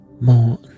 more